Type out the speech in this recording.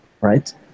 right